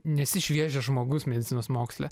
nesi šviežias žmogus medicinos moksle